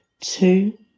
Two